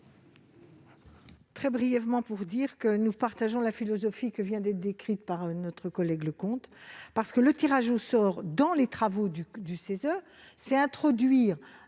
pour explication de vote. Nous partageons la philosophie qui vient d'être décrite par notre collègue Leconte. Introduire le tirage au sort dans les travaux du CESE, c'est introduire